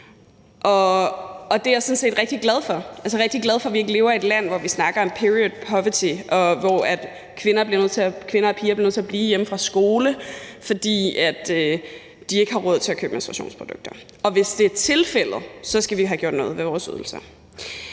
altså rigtig glad for, at vi ikke lever i et land, hvor vi snakker om period poverty, og hvor kvinder og piger bliver nødt til at blive hjemme fra skole, fordi de ikke har råd til at købe menstruationsprodukter. Men hvis det er tilfældet, skal vi have gjort noget ved vores ydelser.